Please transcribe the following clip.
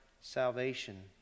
salvation